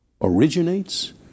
originates